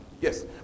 Yes